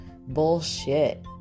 Bullshit